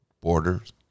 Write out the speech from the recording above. borders